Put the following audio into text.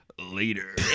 later